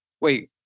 Wait